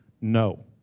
No